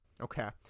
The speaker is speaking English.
Okay